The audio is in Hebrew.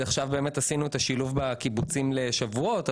עכשיו עשינו את השילוב בקיבוצים לשבועות,